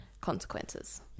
consequences